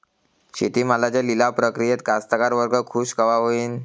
शेती मालाच्या लिलाव प्रक्रियेत कास्तकार वर्ग खूष कवा होईन?